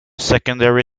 secondary